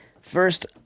First